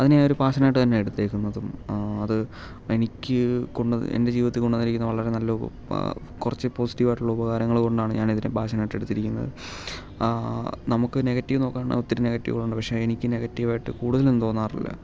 അതിനെ ഞാൻ ഒരു പാഷൻ ആയിട്ട് തന്നെയാണ് എടുത്തിരിക്കുന്നതും അത് എനിക്ക് കൊണ്ടുവന്ന എൻ്റെ ജീവിതത്തിൽ കൊണ്ട് വന്നിരിക്കുന്ന വളരെ നല്ല ഉപ കുറച്ച് പോസിറ്റീവ് ആയിട്ടുള്ള ഉപകാരങ്ങൾ കൊണ്ടാണ് ഞാൻ ഇതിന് പാഷൻ ആയിട്ട് എടുത്തിരിക്കുന്നത് നമുക്ക് നെഗറ്റീവ് നോക്കാണേൽ ഒത്തിരി നെഗറ്റീവ് ഉണ്ട് പക്ഷേ എനിക്ക് നെഗറ്റീവ് ആയിട്ട് കൂടുതൽ ഒന്നും തോന്നാറില്ല